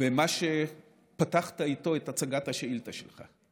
במה שפתחת איתו את הצגת השאילתה שלך.